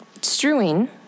strewing